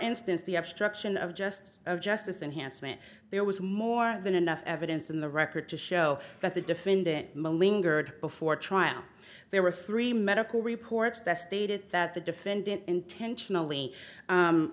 instance the obstruction of justice of justice enhanced meant there was more than enough evidence in the record to show that the defendant gird before trial there were three medical reports that stated that the defendant intentionally